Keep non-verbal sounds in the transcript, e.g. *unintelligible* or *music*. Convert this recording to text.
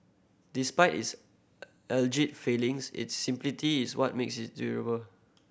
despite its *unintelligible* alleged failings its simplicity is what makes it durable